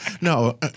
no